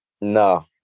No